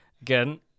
again